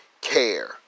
care